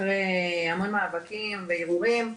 אחרי המון מאבקים וערעורים,